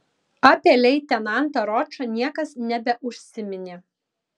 apie leitenantą ročą niekas nebeužsiminė